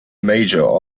major